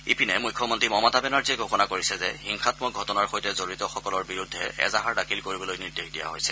ইপিনে মুখ্যমন্ত্ৰী মমতা বেনাৰ্জীয়ে ঘোষণা কৰিছে যে হিংসাম্মক ঘটনাৰ সৈতে জড়িতসকলৰ বিৰুদ্ধে এজাহাৰ দাখিল কৰিবলৈ নিৰ্দেশ দিয়া হৈছে